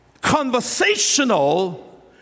conversational